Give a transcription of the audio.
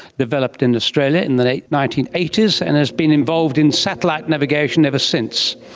developed in australia in the late nineteen eighty s, and has been involved in satellite navigation ever since.